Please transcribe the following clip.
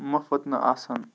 مُفُت نہٕ آسُن